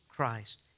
Christ